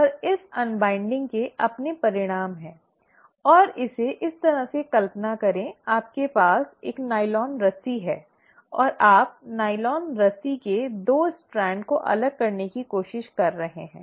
और इस अन्वाइन्डिंग के अपने परिणाम हैं और इसे इस तरह से कल्पना करें आपके पास एक नायलॉन रस्सी है और आप नायलॉन रस्सी के 2 स्ट्रैंड को अलग करने की कोशिश कर रहे हैं